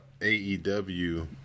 AEW